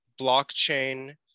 blockchain